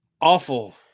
awful